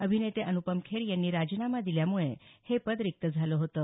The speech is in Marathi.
अभिनेते अनुपम खेर यांनी राजीनामा दिल्यामुळे हे पद रिक्त झालं होतं